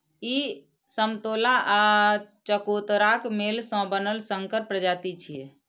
ई समतोला आ चकोतराक मेल सं बनल संकर प्रजाति छियै